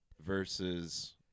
versus